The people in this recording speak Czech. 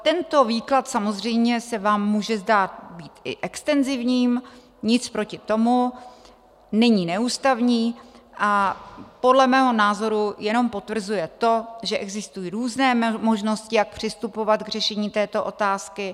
Tento výklad samozřejmě se vám může zdát i extenzivním, nic proti tomu, není neústavní a podle mého názoru jenom potvrzuje to, že existují různé možnosti, jak přistupovat k řešení této otázky.